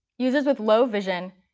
users with low vision,